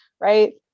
right